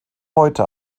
heute